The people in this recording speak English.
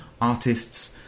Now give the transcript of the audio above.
artists